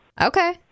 Okay